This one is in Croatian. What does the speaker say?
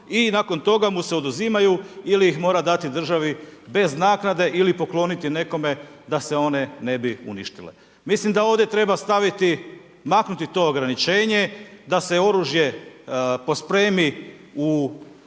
I nakon toga mu se oduzimaju ili ih mora dati državi bez naknade ili pokloniti nekome da se one ne bi uništile. Mislim da ovdje treba staviti, maknuti to ograničenje da se oružje pospremi u